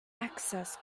access